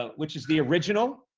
ah which is the original,